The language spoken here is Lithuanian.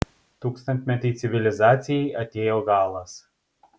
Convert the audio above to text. tūkstantmetei civilizacijai atėjo galas